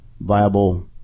viable